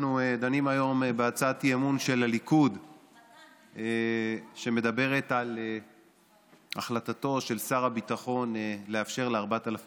אי-אמון של הליכוד שמדברת על החלטתו של שר הביטחון לאפשר ל-4,000